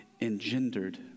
engendered